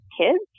kids